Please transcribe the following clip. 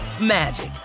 magic